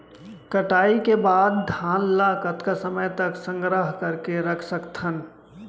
कटाई के बाद धान ला कतका समय तक संग्रह करके रख सकथन?